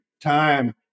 time